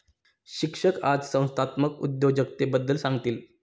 शिक्षक आज संस्थात्मक उद्योजकतेबद्दल सांगतील